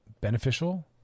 beneficial